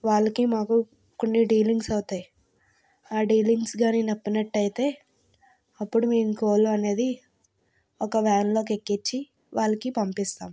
వాళ్ళకి మాకు కొన్ని డీలింగ్స్ అవుతాయి ఆ డీలింగ్స్ కాని నప్పినట్టయితే అప్పుడు మేము కోళ్లు అనేది ఒక వ్యాన్ లోకి ఎక్కించి వాళ్ళకి పంపిస్తాం